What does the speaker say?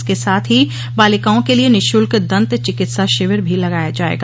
इसके साथ ही बालिकाओं के लिये निशुल्क दन्त चिकित्सा शिविर भी लगाया जायेगा